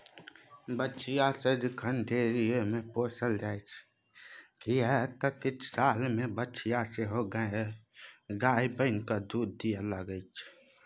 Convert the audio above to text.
बछिया सदिखन डेयरीमे पोसल जाइत छै किएक तँ किछु सालमे बछिया सेहो गाय बनिकए दूध दिअ लागतै